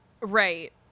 Right